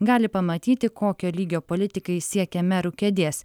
gali pamatyti kokio lygio politikai siekia merų kėdės